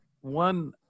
one